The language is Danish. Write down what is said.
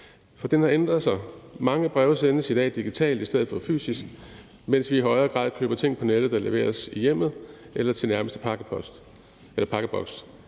for det har ændret sig. Mange breve sendes i dag digitalt i stedet for fysisk, mens vi i højere grad køber ting på nettet, der leveres i hjemmet eller til nærmeste pakkeboks.